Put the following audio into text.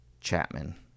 Chapman